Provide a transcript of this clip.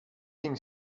hing